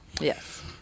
Yes